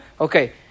Okay